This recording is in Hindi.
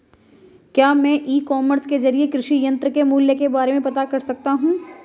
क्या मैं ई कॉमर्स के ज़रिए कृषि यंत्र के मूल्य के बारे में पता कर सकता हूँ?